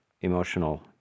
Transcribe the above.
emotional